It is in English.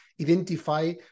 identify